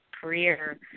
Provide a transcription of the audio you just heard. career